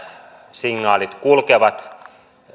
signaalit kulkevat